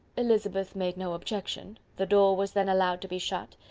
elizabeth made no objection the door was then allowed to be shut,